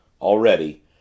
Already